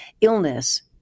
illness